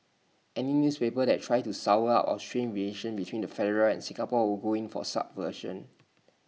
any newspaper that tries to sour up or strain relations between the federal and Singapore will go in for subversion